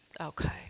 Okay